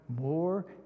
more